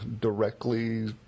directly